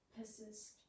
persist